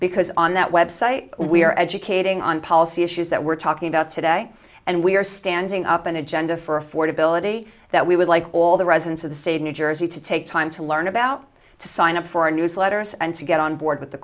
because on that website we are educating on policy issues that we're talking about today and we are standing up an agenda for affordability that we would like all the residents of the state new jersey to take time to learn about to sign up for our newsletters and to get on board with the